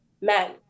men